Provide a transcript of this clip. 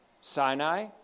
Sinai